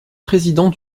président